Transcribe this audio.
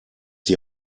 die